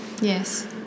Yes